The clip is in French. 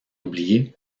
oublié